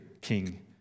King